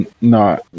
no